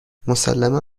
مسلما